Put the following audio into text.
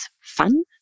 fun